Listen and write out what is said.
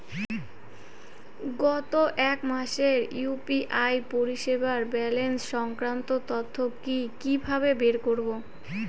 গত এক মাসের ইউ.পি.আই পরিষেবার ব্যালান্স সংক্রান্ত তথ্য কি কিভাবে বের করব?